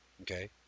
Okay